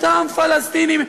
אותם פלסטינים,